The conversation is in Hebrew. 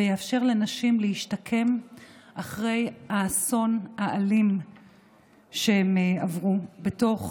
ויאפשר לנשים להשתקם אחרי האסון האלים שהן עברו בתוך